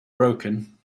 broken